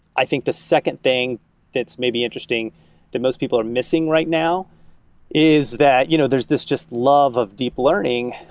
i think the second thing that's may be interesting to most people are missing right now is that you know there's this just love of deep learning,